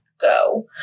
go